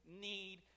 need